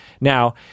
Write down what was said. Now